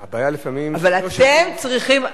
אבל אתם צריכים,